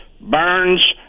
Burns